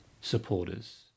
supporters